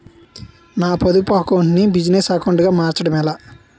నా పొదుపు అకౌంట్ నీ బిజినెస్ అకౌంట్ గా మార్చడం ఎలా?